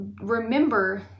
Remember